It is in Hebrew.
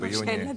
בוקר טוב.